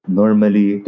normally